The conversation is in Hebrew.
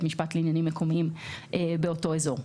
משפט לעניינים מקומיים באותו אזור.